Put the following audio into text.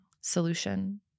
solution